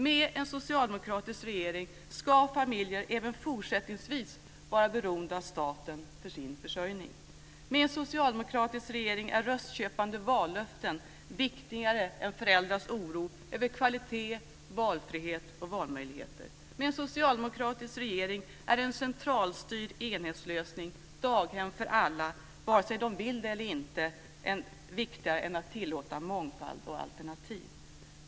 Med en socialdemokratisk regering ska familjer även fortsättningsvis vara beroende av staten för sin försörjning. Med en socialdemokratisk regering är röstköpande vallöften viktigare än föräldrarnas oro över kvalitet, valfrihet och valmöjligheter. Med en socialdemokratisk regering är en centralstyrd enhetslösning, daghem för alla vare sig de vill eller inte, viktigare än att tillåta mångfald och alternativ.